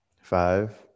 Five